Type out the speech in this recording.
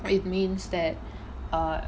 it means that uh